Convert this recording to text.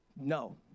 No